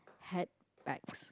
handbags